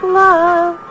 love